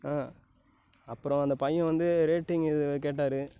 ஆ அப்புறம் அந்த பையன் வந்து ரேட்டிங் இது கேட்டார்